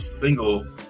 single